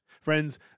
Friends